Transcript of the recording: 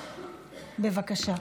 בבקשה.